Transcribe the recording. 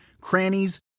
crannies